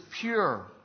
pure